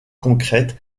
concrète